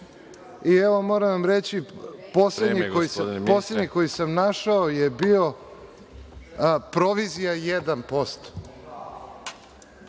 i, evo, moram vam reći poslednji koji sam našao je bio provizija 1%.